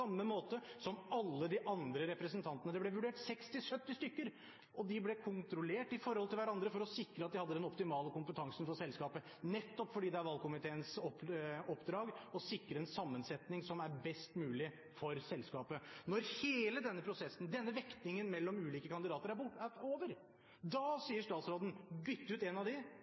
samme måte som alle de andre representantene. Det ble vurdert 60–70 stykker. De ble kontrollert i forhold til hverandre for å sikre at de hadde den optimale kompetansen for selskapet, nettopp fordi det er valgkomiteens oppdrag å sikre en sammensetning som er best mulig for selskapet. Når hele denne prosessen – denne vektingen mellom ulike kandidater – er over, da sier statsråden: Bytt ut en av